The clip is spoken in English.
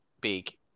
big